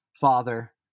father